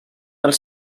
els